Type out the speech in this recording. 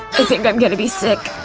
i think im gonna be sick!